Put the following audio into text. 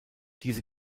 diese